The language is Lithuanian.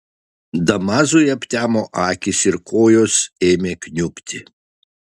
damazui aptemo akys ir kojos ėmė kniubti